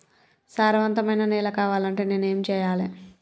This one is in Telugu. సారవంతమైన నేల కావాలంటే నేను ఏం చెయ్యాలే?